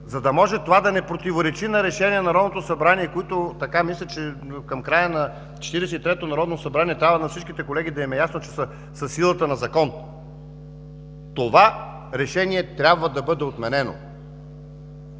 за да може това да не противоречи на решенията на Народното събрание, които мисля, че към края на Четиридесет и третото народно събрание трябва на всички колеги да е ясно, че са със силата на закон, това решение трябва да бъде отменено.